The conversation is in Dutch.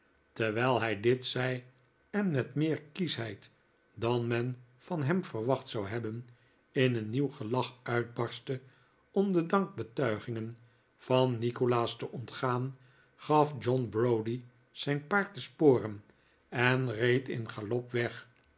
terwijl hij dit zei en met meer kieschheid dan men van hem verwacht zou hebben in een nieuw gelach uitbarstte om de dankbetuigingen van nikolaas te ontgaan gaf john browdie zijn paard de sporen en reed in galop weg